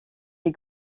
les